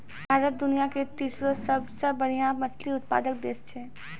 भारत दुनिया के तेसरो सभ से बड़का मछली उत्पादक देश छै